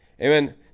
Amen